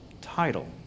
title